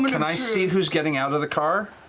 but and i see who's getting out of the car?